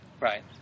Right